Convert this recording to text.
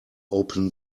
open